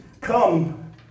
come